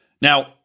Now